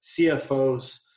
CFOs